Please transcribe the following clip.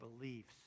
beliefs